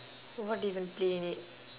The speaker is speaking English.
what do you even play in it